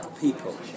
people